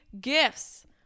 gifts